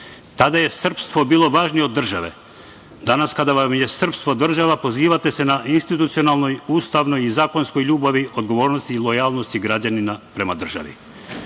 Tada je srpstvo bilo važnije od države. Danas kada vam je srpstvo država pozivate se na institucionalnoj, ustavnoj i zakonskoj ljubavi, odgovornosti i lojalnosti građanina prema državi.S